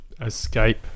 escape